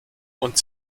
und